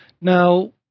Now